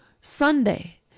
Sunday